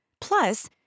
Plus